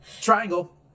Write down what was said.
triangle